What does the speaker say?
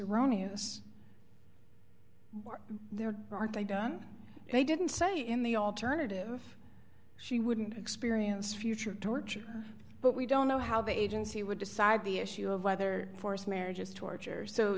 erroneous there aren't they done they didn't say in the alternative she wouldn't experience future torture but we don't know how the agency would decide the issue of whether forced marriage is torture so